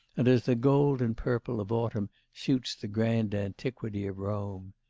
and as the gold and purple of autumn suits the grand antiquity of rome.